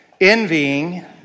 envying